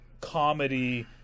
comedy